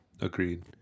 Agreed